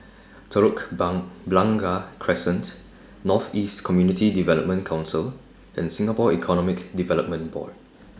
Telok Bun Blangah Crescent North East Community Development Council and Singapore Economic Development Board